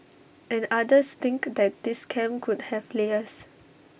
and others think that this scam could have layers